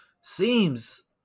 seems